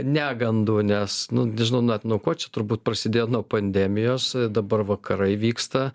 negandų nes nu nežinau net nuo ko čia turbūt prasidėjo nuo pandemijos dabar vakarai vyksta